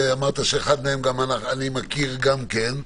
ואמרת שאחד מהם אני מכיר גם כן,